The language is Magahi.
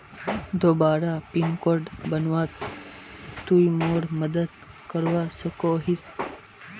दोबारा पिन कोड बनवात तुई मोर मदद करवा सकोहिस?